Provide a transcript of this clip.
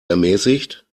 ermäßigt